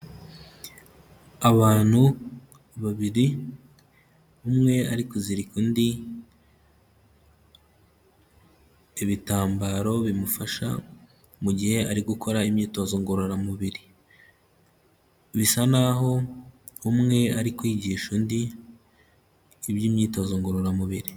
Abantu babiri umwe ari kuzirika undi ibitambaro bimufasha mu gihe ari gukora imyitozo ngororamubiri bisa naho umwe ari kwigisha undi iby'imyitozo ngororamubiri.